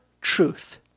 truth